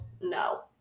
no